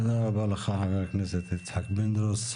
תודה רבה לך ח"כ יצחק פינדרוס.